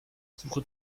suche